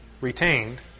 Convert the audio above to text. retained